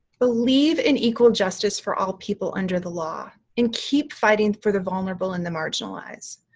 believe in equal justice for all people under the law and keep fighting for the vulnerable and the marginalized,